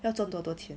要赚多多钱